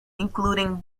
including